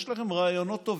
יש לכם רעיונות טובים,